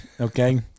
okay